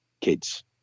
kids